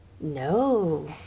no